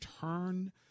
turn